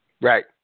Right